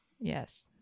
Yes